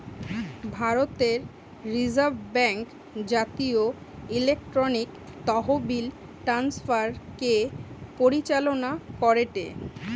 ভারতের reserve bank জাতীয় electronic তহবিল ট্রান্সফার কে পরিচালনা করেটে